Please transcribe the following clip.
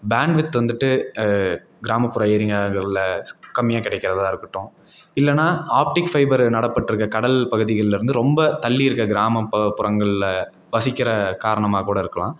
bandwidth வந்துட்டு கிராமப்புற எரியாங்களில் கம்மியாக கிடைக்கிறதா இருக்கட்டும் இல்லைனா ஆப்டிக்ஃபைபரு நடப்பட்டுருக்க கடல் பகுதிகளில் இருந்து ரொம்ப தள்ளி இருக்கற கிராம ப புறங்களில் வசிக்கின்ற காரணமாக கூட இருக்கலாம்